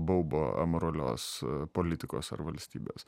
baubo amoralios politikos ar valstybės